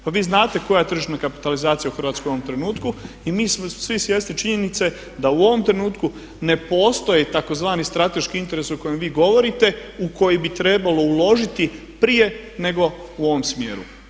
Pa vi znate koja je tržišna kapitalizacija u Hrvatskoj u ovom trenutku i mi smo svi svjesni činjenice da u ovom trenutku ne postoji tzv. strateški interes o kojem vi govorite u koji bi trebalo uložiti prije nego u ovom smjeru.